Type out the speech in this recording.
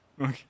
Okay